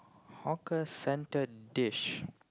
hawker centre dish